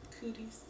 Cooties